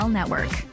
network